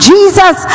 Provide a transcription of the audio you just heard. Jesus